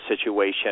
situation